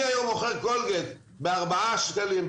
אני היום מוכר קולגייט בארבעה שקלים,